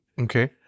Okay